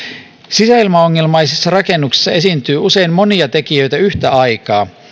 sisäilmaongelmaisissa rakennuksissa esiintyy usein monia tekijöitä yhtä aikaa